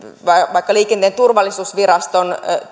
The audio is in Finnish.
vaikka liikenteen turvallisuusviraston